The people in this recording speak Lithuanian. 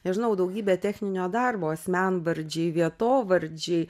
nežinau daugybė techninio darbo asmenvardžiai vietovardžiai